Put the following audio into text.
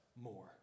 more